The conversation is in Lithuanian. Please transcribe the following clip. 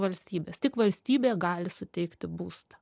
valstybės tik valstybė gali suteikti būstą